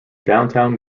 downtown